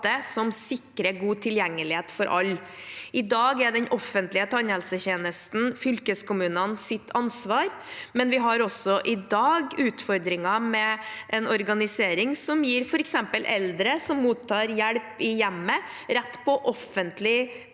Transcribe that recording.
som sikrer god tilgjengelighet for alle. I dag er den offentlige tannhelsetjenesten fylkeskommunenes ansvar, men vi har også i dag utfordringer med en organisering som gir f.eks. eldre som mottar hjelp i hjemmet, rett på offentlig tannhelsetjeneste.